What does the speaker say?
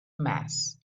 mass